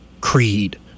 creed